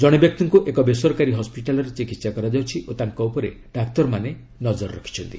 ଜଣେ ବ୍ୟକ୍ତିଙ୍କୁ ଏକ ବେସରକାରୀ ହସ୍କିଟାଲରେ ଚିକିତ୍ସା କରାଯାଉଛି ଓ ତାଙ୍କ ଉପରେ ଡାକ୍ତରମାନେ ନଜର ରଖିଛନ୍ତି